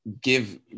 give